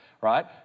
right